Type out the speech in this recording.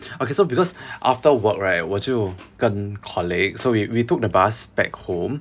okay so because after work right 我就跟 colleagues so we we took the bus back home